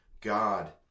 God